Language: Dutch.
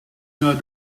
naar